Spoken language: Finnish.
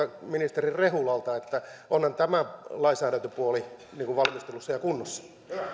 ministeri rehulalta onhan tämä lainsäädäntöpuoli valmistelussa ja kunnossa